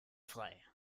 frei